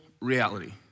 reality